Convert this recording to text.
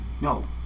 No